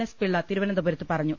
S Pillai തിരുവനന്തപുരത്ത് പറഞ്ഞു